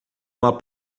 uma